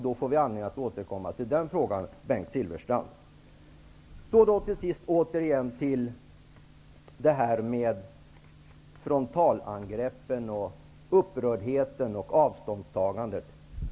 Då får vi anledning att återkomma till den frågan, Bengt Jag vill till sist återkomma till frontalangreppen, upprördheten och avståndstagandet.